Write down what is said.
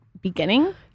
beginning